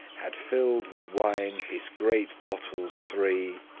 had fill'd with wine his greate bottles three,